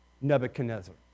Nebuchadnezzar